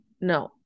No